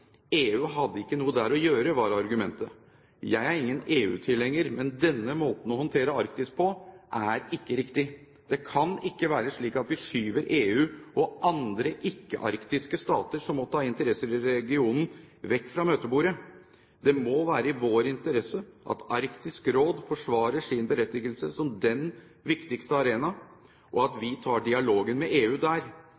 EU hadde ikke noe der å gjøre, var argumentet. Jeg er ingen EU-tilhenger, men denne måten å håndtere Arktis på, er ikke riktig. Det kan ikke være slik at vi skyver EU og andre ikke-arktiske stater som måtte ha interesser i regionen, vekk fra møtebordet. Det må være i vår interesse at Arktisk Råd forsvarer sin berettigelse som den viktigste arenaen, og at